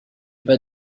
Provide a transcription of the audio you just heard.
pas